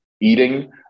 eating